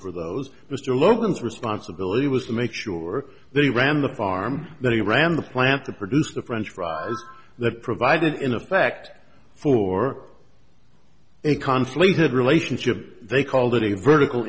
for those mr logan's responsibility was to make sure they ran the farm that he ran the plant to produce the french fry that provided in effect for a conflict had relationship they called it a vertical